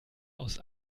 aus